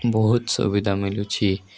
ବହୁତ ସୁବିଧା ମିଳୁଛି